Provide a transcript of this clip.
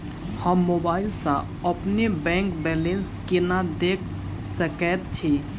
हम मोबाइल सा अपने बैंक बैलेंस केना देख सकैत छी?